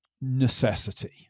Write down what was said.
necessity